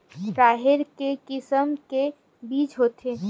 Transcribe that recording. राहेर के किसम के बीज होथे?